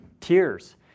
tears